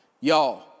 Y'all